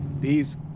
Peace